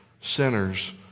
sinners